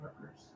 workers